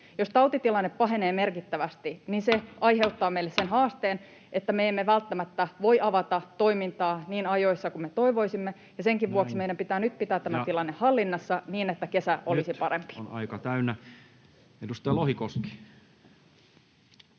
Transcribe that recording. Jos tautitilanne pahenee merkittävästi, niin se aiheuttaa meille sen haasteen, että me emme välttämättä voi avata toimintaa niin ajoissa kuin me toivoisimme, ja senkin vuoksi meidän pitää nyt pitää tämä tilanne hallinnassa, niin että kesä olisi parempi. [Speech 78] Speaker: Toinen